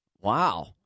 Wow